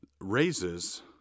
raises